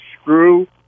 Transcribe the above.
screw